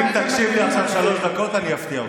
אם תקשיב לי עכשיו שלוש דקות, אני אפתיע אותך.